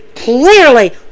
Clearly